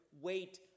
wait